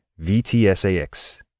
VTSAX